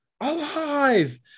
alive